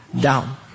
down